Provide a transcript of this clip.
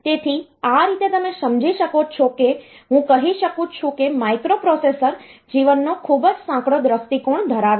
તેથી આ રીતે તમે સમજી શકો છો કે હું કહી શકું છું કે માઇક્રોપ્રોસેસર જીવનનો ખૂબ જ સાંકડો દૃષ્ટિકોણ ધરાવે છે